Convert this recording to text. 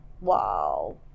Wow